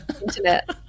internet